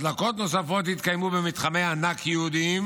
הדלקות נוספות יתקיימו במתחמי ענק ייעודיים